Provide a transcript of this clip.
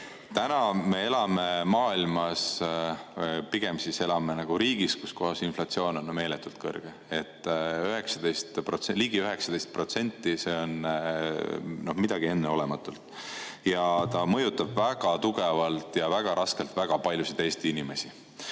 Täna me elame maailmas või pigem elame riigis, kus inflatsioon on meeletult kõrge, ligi 19%. See on midagi enneolematut. See mõjutab väga tugevalt ja väga raskelt väga paljusid Eesti inimesi.